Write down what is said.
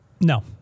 No